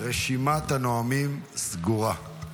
רשימת הנואמים סגורה.